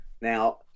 Now